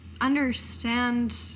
understand